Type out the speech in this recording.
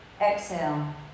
Exhale